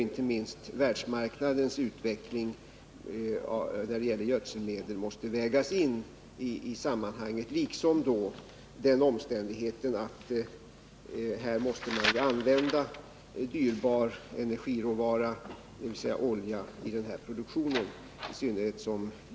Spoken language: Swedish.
Inte minst världsmarknadens utveckling när det gäller gödselmedel måste vägas in i sammanhanget liksom den omständigheten att man i den här produktionen måste använda dyrbar energiråvara, dvs. olja.